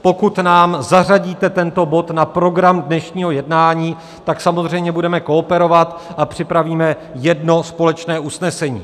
Pokud nám zařadíte tento bod na program dnešního jednání, tak samozřejmě budeme kooperovat a připravíme jedno společné usnesení.